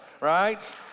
right